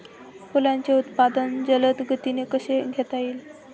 फुलांचे उत्पादन जलद गतीने कसे घेता येईल?